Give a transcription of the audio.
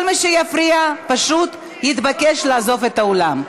כל מי שיפריע פשוט יתבקש לעזוב את האולם.